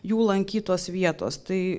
jų lankytos vietos tai